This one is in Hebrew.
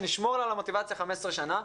שנשמור לה על המוטיבציה 15 שנה,